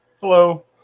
Hello